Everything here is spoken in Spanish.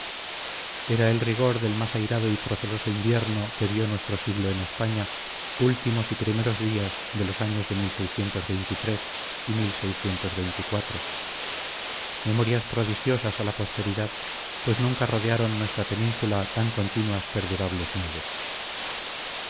era el rigor del más airado y proceloso invierno que vio nuestro siglo en españa últimos y primeros días de los años de y memorias prodigiosas a la posteridad pues nunca rodearon nuestra península tan continuas perdurables nieves